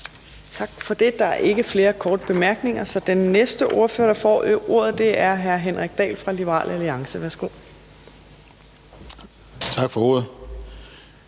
Tak for det. Der er ikke flere korte bemærkninger, så den næste ordfører, der får ordet, er hr. Henrik Dahl fra Liberal Alliance. Værsgo. Kl.